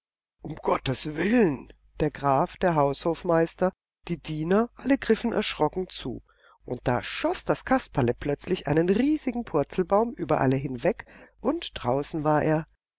um himmels willen der graf der haushofmeister die diener alle griffen erschrocken zu und da schoß das kasperle plötzlich einen riesigen purzelbaum über alle hinweg und draußen war er